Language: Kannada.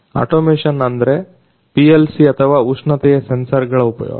ಅಟೊಮೇಶನ್ ಅಂದರೆ PLC ಅಥವಾ ಉಷ್ಣತೆಯ ಸೆನ್ಸರ್ಗಳ ಉಪಯೋಗ